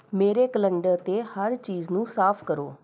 ਮੇਰੇ ਕੈਲੰਡਰ 'ਤੇ ਹਰ ਚੀਜ਼ ਨੂੰ ਸਾਫ਼ ਕਰੋ